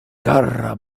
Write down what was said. kara